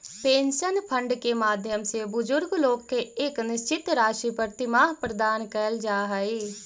pension fund के माध्यम से बुजुर्ग लोग के एक निश्चित राशि प्रतिमाह प्रदान कैल जा हई